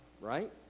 right